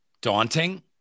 daunting